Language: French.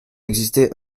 exister